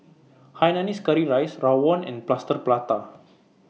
Hainanese Curry Rice Rawon and Plaster Prata